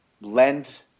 lend